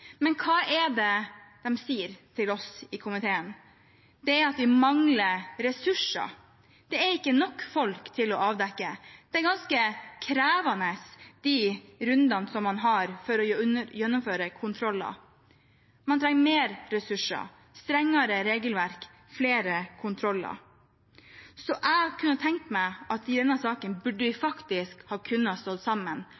men hva er det de sier til oss i komiteen? Det er at de mangler ressurser. Det er ikke nok folk til å avdekke. Det er ganske krevende runder de har for å gjennomføre kontroller. Man trenger mer ressurser, strengere regelverk og flere kontroller. Så jeg tenker at i denne saken burde vi